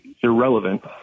irrelevant